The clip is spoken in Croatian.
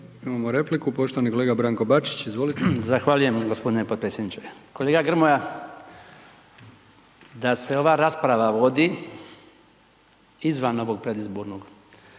Imamo repliku, poštovani kolega Branko Bačić, izvolite. **Bačić, Branko (HDZ)** Zahvaljujem gospodine potpredsjedniče. Kolega Grmoja, da se ova rasprava vodi izvan ovog predizbornog,